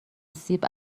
سیب